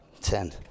ten